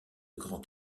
grand